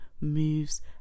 moves